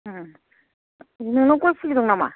उम नोंनाव गय फुलि दं नामा